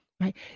Right